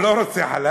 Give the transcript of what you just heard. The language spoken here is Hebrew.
שר המדע והחלל.